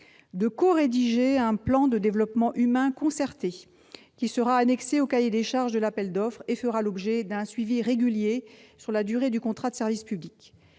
de corédiger un « plan de développement humain concerté », qui sera annexé au cahier des charges de l'appel d'offres et fera l'objet d'un suivi régulier sur la durée du contrat de service public.